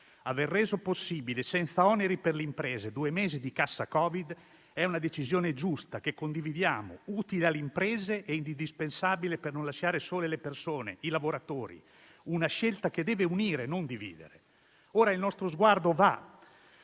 Aver reso possibile senza oneri per le imprese due mesi di cassa Covid è una decisione giusta, che condividiamo, utile alle imprese e indispensabile per non lasciare soli le persone e i lavoratori. Si tratta di una scelta che deve unire, non dividere. Ora il nostro sguardo va